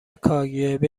کاگب